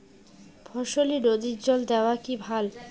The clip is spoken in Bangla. ফসলে নদীর জল দেওয়া কি ভাল?